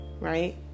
right